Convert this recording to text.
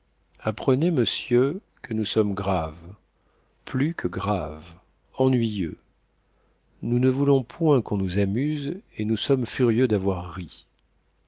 apprenez monsieur que nous sommes graves plus que graves ennuyeux nous ne voulons point qu'on nous amuse et nous sommes furieux d'avoir ri